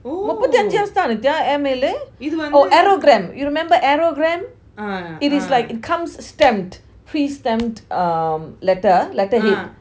முப்பத்திஆஞ்சி தான:mupathianji thaana airmail leh oh aerogramme you remember aerogramme it is like it comes stamped pre stamped um letter letterhead